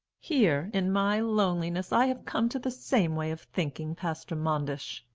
here, in my loneliness, i have come to the same way of thinking, pastor manders.